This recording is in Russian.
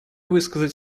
высказать